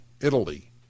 Italy